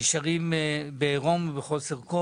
נשארים בעירום ובחוסר כל.